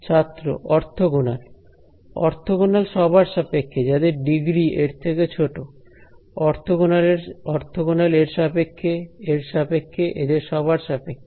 ছাত্র orthogonal orthogonal সবার সাপেক্ষে যাদের ডিগ্রী এর থেকে ছোট অর্থগণাল এর সাপেক্ষে এর সাপেক্ষে এদের সবার সাপেক্ষে